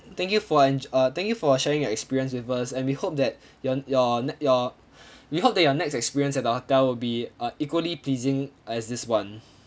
thank you for enj~ uh thank you for sharing your experience with us and we hope that your your ne~ your we hope that your next experience at the hotel will be uh equally pleasing as this [one]